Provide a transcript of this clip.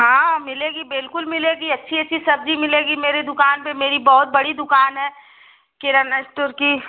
हाँ मिलेगी बिल्कुल मिलेगी अच्छी अच्छी सब्जी मिलेगी मेरी दुकान पर मेरी बहुत बड़ी दुकान है किराना इस्टोर की